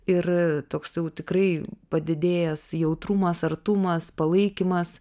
ir toks jau tikrai padidėjęs jautrumas artumas palaikymas